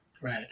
Right